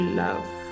love